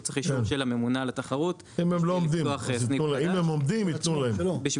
הוא צריך אישור של הממונה על התחרות בשביל לפתוח סניף חדש בשביל עצמו.